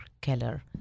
Keller